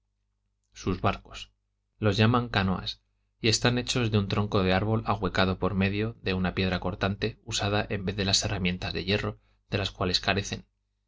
sus barcos los llaman canoas y están hechos de un tronco de árbol ahuecado por medio de una piedra cortante usada en vez de las herramientas de hierro de las cuales carecen